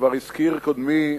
כבר הזכיר קודמי,